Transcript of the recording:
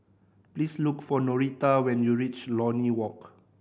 please look for Norita when you reach Lornie Walk